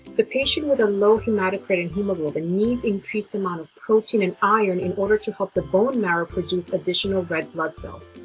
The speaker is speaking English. the patient with a low hematocrit and hemoglobin needs an increased amount of protein and iron in order to help the bone marrow produce additional red blood cells.